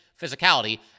physicality